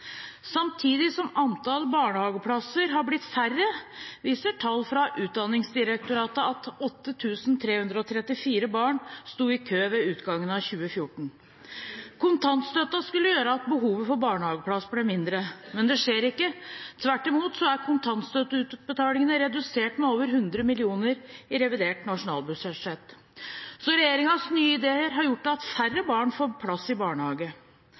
Samtidig som antall barnehageplasser er blitt færre, viser tall fra Utdanningsdirektoratet at 8 334 barn sto i kø ved utgangen av 2014. Kontantstøtten skulle gjøre at behovet for barnehageplasser ble mindre, men det skjer ikke. Tvert imot er kontantstøtteutbetalingene redusert med over 100 mill. kr i revidert nasjonalbudsjett. Så regjeringens nye ideer har gjort at færre barn får plass i barnehage.